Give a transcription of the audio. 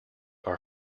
are